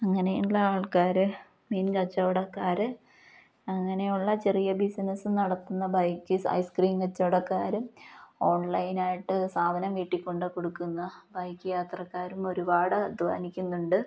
അങ്ങനെയുള്ള ആൾക്കാർ മീൻ കച്ചവടക്കാർ അങ്ങനെയുള്ള ചെറിയ ബിസിനസ്സ് നടത്തുന്ന ബൈക്ക് ഐസ് ക്രീം കച്ചവടക്കാരും ഓൺലൈനായിട്ട് സാധനം വീട്ടിൽ കൊണ്ട് കൊടുക്കുന്ന ബൈക്ക് യാത്രക്കാരും ഒരുപാട് അധ്വാനിക്കുന്നുണ്ട്